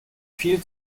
viel